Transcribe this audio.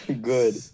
good